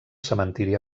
cementiri